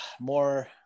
more